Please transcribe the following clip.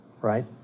right